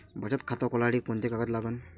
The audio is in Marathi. बचत खात खोलासाठी कोंते कागद लागन?